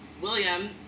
William